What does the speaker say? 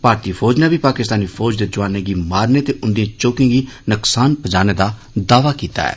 भारतीय फौज नै बी पाकिस्तानी फौज दे जौआनें गी मारने ते उन्दी चौकिएं गी नुक्सान पजाने दा दावा कीता ऐ